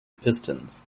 pistons